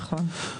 נכון.